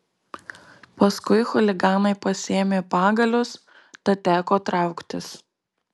paskui chuliganai pasiėmė pagalius tad teko trauktis